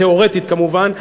תיאורטית כמובן,